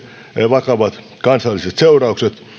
vakavat kansalliset seuraukset